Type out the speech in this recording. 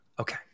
Okay